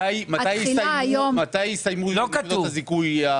מתי הסתיימו נקודות הזיכוי?